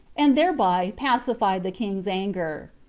and thereby pacified the king's anger.